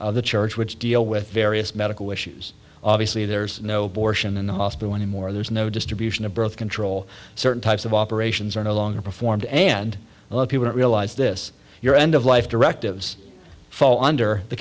of the church which deal with various medical issues obviously there's no borsch in the hospital anymore there's no distribution of birth control certain types of operations are no longer performed and people don't realize this your end of life directives fall under the